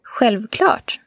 Självklart